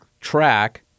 track